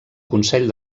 consell